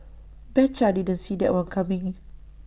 betcha didn't see that one coming